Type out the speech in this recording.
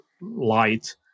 light